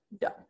done